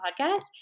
podcast